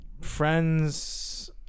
friends